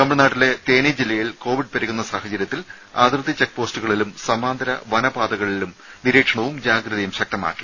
തമിഴ്നാട്ടിലെ തേനി ജില്ലയിൽ കോവിഡ് പെരുകുന്ന സാഹചര്യത്തിൽ അതിർത്തി ചെക്പോസ്റ്റുകളിലും സമാന്തര വനപാതകളിലും നിരീക്ഷണവും ജാഗ്രതയും ശക്തമാക്കി